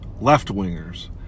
left-wingers